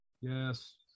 yes